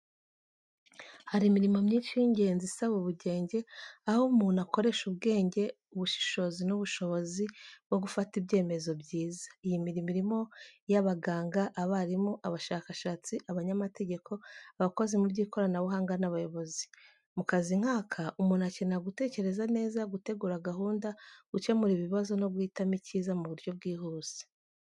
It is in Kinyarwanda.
Hari imirimo myinshi y’ingenzi isaba ubugenge, aho umuntu akoresha ubwenge, ubushishozi n’ubushobozi bwo gufata ibyemezo byiza. Iyi mirimo irimo iy’abaganga, abarimu, abashakashatsi, abanyamategeko, abakozi mu by’ikoranabuhanga n’abayobozi. Mu kazi nk’aka, umuntu akenera gutekereza neza, gutegura gahunda, gukemura ibibazo no guhitamo icyiza mu buryo bwihuse.